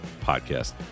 Podcast